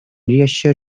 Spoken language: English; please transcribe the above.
reassure